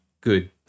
good